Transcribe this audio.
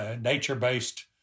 nature-based